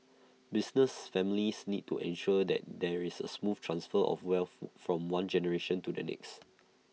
business families need to ensure that there is A smooth transfer of wealth from one generation to the next